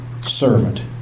servant